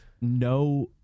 no